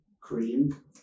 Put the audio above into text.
cream